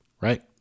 right